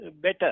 better